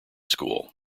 school